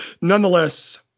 Nonetheless